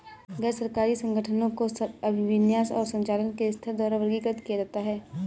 गैर सरकारी संगठनों को अभिविन्यास और संचालन के स्तर द्वारा वर्गीकृत किया जाता है